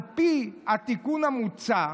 על פי התיקון המוצע,